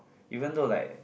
even though like